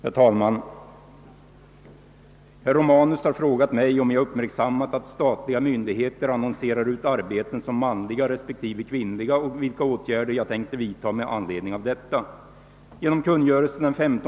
Herr talman! Herr Romanus har frågat mig, om jag uppmärksammat att statliga myndigheter annonserar ut arbeten som »manliga» resp. »kvinnliga» och vilka åtgärder jag tänker vidta med anledning av detta.